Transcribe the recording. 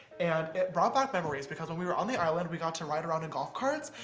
and it brought back memories, because when we were on the island we got to ride around in golf carts.